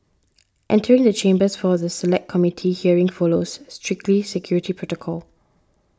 entering the chambers for the Select Committee hearing follows strict security protocol